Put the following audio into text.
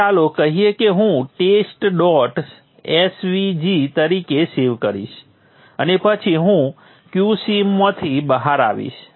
હવે ચાલો કહીએ કે હું test dot svg તરીકે સેવ કરીશ અને પછી હું qsim માંથી બહાર આવીશ